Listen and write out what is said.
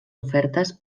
ofertes